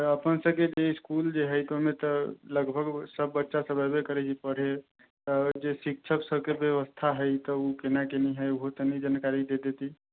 अपन सबके जे इसकुल जे हइ ओहिमे तऽ लगभग सब बच्चासब तऽ अएबे करै छै पढ़ै तऽ शिक्षक सबके जे बेबस्था हइ तऽ ओ केना केनी हइ ओहो तनी जानकारी दे देती